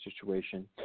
situation